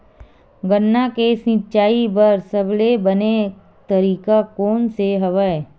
गन्ना के सिंचाई बर सबले बने तरीका कोन से हवय?